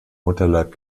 mutterleib